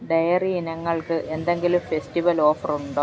diary ഇനങ്ങൾക്ക് എന്തെങ്കിലും festival offer ഉണ്ടോ